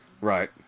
Right